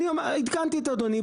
עדכנתי את אדוני,